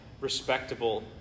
Respectable